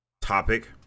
topic